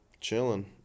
Chilling